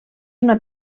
una